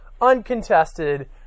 uncontested